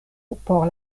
por